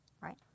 right